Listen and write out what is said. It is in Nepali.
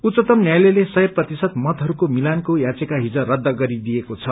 उच्चतम न्यायालयले सय प्रतिशत मतहरूको मिलानको याचिका हिज रद्द गरिदिएको छ